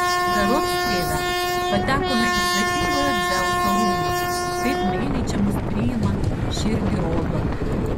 berods tėve patekome į svetingojo dzeuso rūmus taip meiliai čia mus priima širdį rodo